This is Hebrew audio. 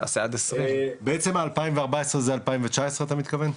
בעצם 2014 זה 2019 אתה מתכוון?